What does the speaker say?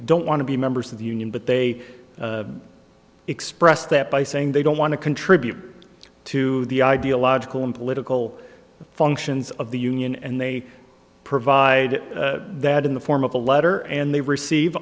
don't want to be members of the union but they express that by saying they don't want to contribute to the ideological and political functions of the union and they provide that in the form of a letter and they receive